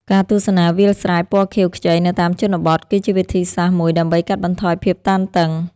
ការទស្សនាវាលស្រែពណ៌ខៀវខ្ចីនៅតាមជនបទ គឺជាវិធីសាស្ត្រមួយដើម្បីកាត់បន្ថយភាពតានតឹង។